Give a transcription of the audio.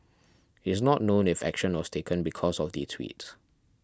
is not known if action was taken because of the sweet